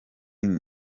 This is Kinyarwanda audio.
babaza